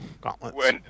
gauntlets